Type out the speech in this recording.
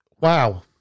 wow